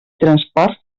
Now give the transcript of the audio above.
transport